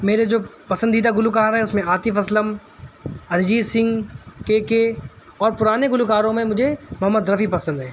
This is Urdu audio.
میرے جو پسندیدہ گلوکار ہیں اس میں عاطف اسلم ارجیت سنگھ کے کے اور پرانے گلو کاروں میں مجھے محمد رفیع پسند ہیں